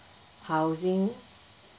housing